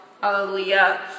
Hallelujah